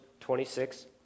26